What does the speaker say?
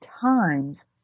times